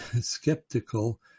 skeptical